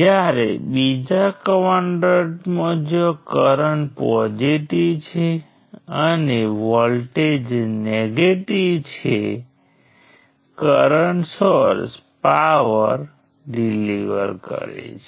જે તમામ નોડ્સને પાર કરે છે